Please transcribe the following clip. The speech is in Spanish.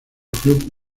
club